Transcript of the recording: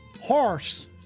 Horse